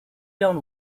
dont